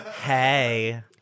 Hey